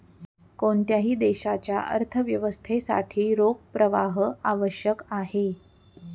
कोणत्याही देशाच्या अर्थव्यवस्थेसाठी रोख प्रवाह आवश्यक आहे